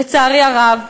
לצערי הרב,